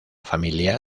familia